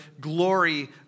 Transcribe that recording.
glory